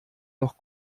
noch